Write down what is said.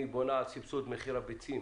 היא בונה על סבסוד מחיר הביצים